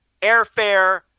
airfare